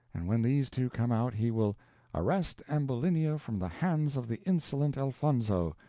and when these two come out he will arrest ambulinia from the hands of the insolent elfonzo,